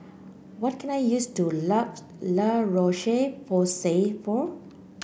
what can I use to La La Roche Porsay for